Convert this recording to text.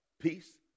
Peace